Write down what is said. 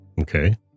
Okay